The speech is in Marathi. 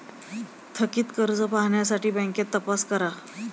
थकित कर्ज पाहण्यासाठी बँकेत तपास करा